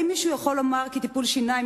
האם מישהו יכול לומר כי טיפול שיניים,